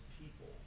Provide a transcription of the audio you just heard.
people